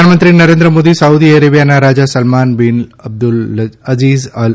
પ્રધાનમંત્રી નરેન્દ્ર મોદીએ સાઉદી અરેબિયાના રાજા સલમાન બિન અબ્દુલઅઝિઝ અલ